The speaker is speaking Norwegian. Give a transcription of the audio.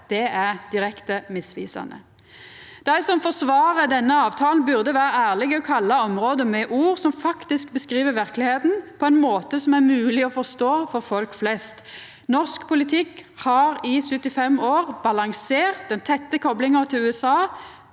er direkte misvisande. Dei som forsvarer denne avtalen, burde vere ærlege og omtala områda med ord som faktisk beskriv verkelegheita, og på ein måte som er mogleg å forstå for folk flest. Norsk politikk har i 75 år balansert den tette koplinga til USA